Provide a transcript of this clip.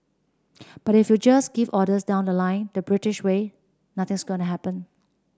but if you just give orders down the line the British way nothing's going to happen